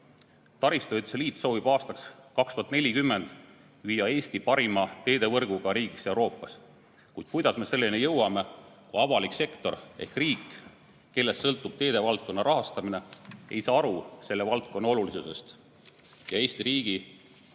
jõuda. Taristuehituse liit soovib aastaks 2040 [muuta] Eesti parima teevõrguga riigiks Euroopas. Kuid kuidas me selleni jõuame, kui avalik sektor ehk riik, kellest sõltub teevaldkonna rahastamine, ei saa aru selle valdkonna olulisusest, Eesti riigi